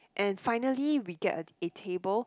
and finally we get a a table